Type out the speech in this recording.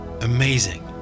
amazing